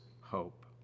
hope